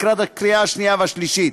לקראת הקריאה השנייה והשלישית.